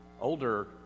older